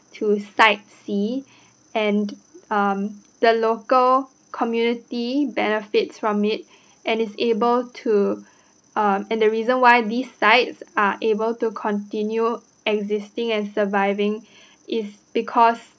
to sightsee and um the local community benefits from it and it's able to uh and the reason why these sites are able to continue existing and surviving is because